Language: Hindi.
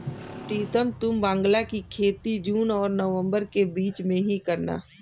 प्रीतम तुम बांग्ला की खेती जून और नवंबर के बीच में ही करना